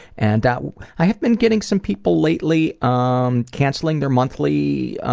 and i have been getting some people lately um canceling their monthly